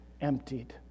emptied